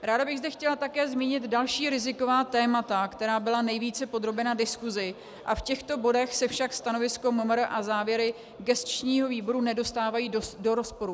Ráda bych zde chtěla také zmínit další riziková témata, která byla nejvíce podrobena v diskusi, v těchto bodech se však stanovisko MMR a gesčního výboru nedostávají do rozporu.